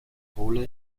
rollen